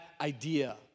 idea